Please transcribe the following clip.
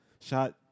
shot